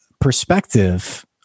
perspective